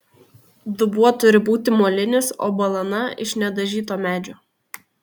dubuo turi būti molinis o balana iš nedažyto medžio